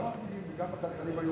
גם המדיניים וגם הכלכליים, היו